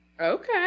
Okay